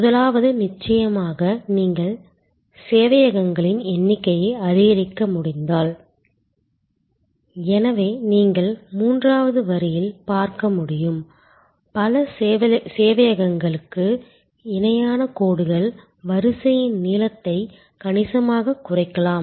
முதலாவது நிச்சயமாக நீங்கள் சேவையகங்களின் எண்ணிக்கையை அதிகரிக்க முடிந்தால் எனவே நீங்கள் மூன்றாவது வரியில் பார்க்க முடியும் பல சேவையகங்களுக்கு இணையான கோடுகள் வரிசையின் நீளத்தை கணிசமாகக் குறைக்கலாம்